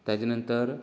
ताजे नंतर